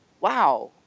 wow